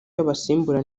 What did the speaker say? y’abasimbura